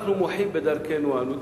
אנחנו מוחים בדרכנו אנו,